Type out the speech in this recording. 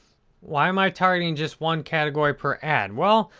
why am i targeting just one category per ad? well,